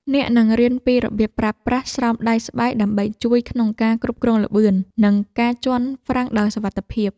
អ្នកនឹងរៀនពីរបៀបប្រើប្រាស់ស្រោមដៃស្បែក ដើម្បីជួយក្នុងការគ្រប់គ្រងល្បឿន និងការជាន់ហ្វ្រាំងដោយសុវត្ថិភាព។